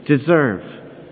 deserve